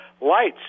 lights